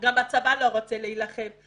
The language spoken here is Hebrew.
גם הצבא לא רוצה להילחם.